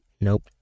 Nope